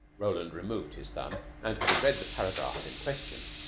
roland removed his thumb, and, having read the paragraph in question,